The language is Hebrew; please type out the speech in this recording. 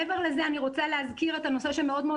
מעבר לזה אני רוצה להזכיר את הנושא שמאוד מאוד